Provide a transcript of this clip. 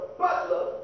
butler